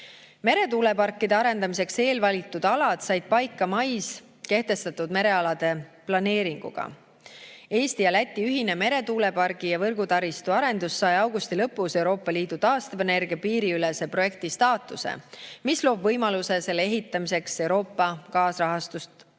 Meretuuleparkide arendamiseks eelvalitud alad said paika mais kehtestatud merealade planeeringuga. Eesti ja Läti ühine meretuulepargi ja võrgutaristu arendus sai augusti lõpus Euroopa Liidu piiriülese taastuvenergiaprojekti staatuse, mis loob võimaluse selle ehitamiseks Euroopa kaasrahastust taotledes.